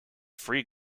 free